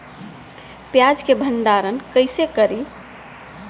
प्याज के भंडारन कईसे करी?